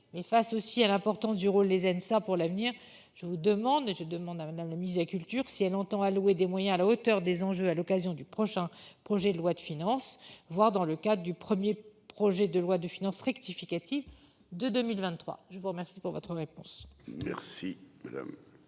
face aussi à l'importance du rôle les ça pour l'avenir. Je vous demande et je demande à madame la mise à culture si elle entend allouer des moyens à la hauteur des enjeux à l'occasion du prochain projet de loi de finances voir dans le cas du 1er, projet de loi de finances rectificative de 2023. Je vous remercie pour votre réponse.